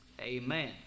amen